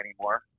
anymore